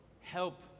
help